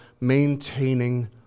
maintaining